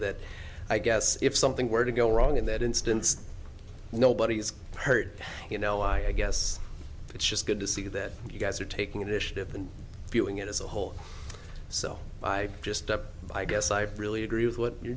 that i guess if something were to go wrong in that instance nobody gets hurt you know i guess it's just good to see that you guys are taking initiative and viewing it as a whole so i just kept i guess i really agree with what you're